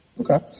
Okay